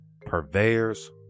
Purveyors